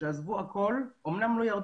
אני חושבת שהוועדה צריכה להבין שסך הכל הצבא נותן